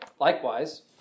Likewise